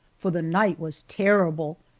for the night was terrible,